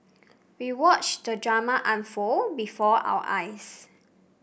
we watched the drama unfold before our eyes